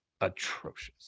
atrocious